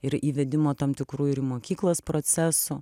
ir įvedimo tam tikrų ir į mokyklas procesų